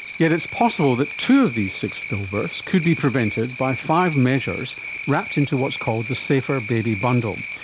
yet it's possible that two of these six stillbirths could be prevented by five measures wrapped into what's called the safer baby bundle.